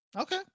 Okay